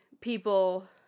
people